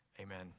Amen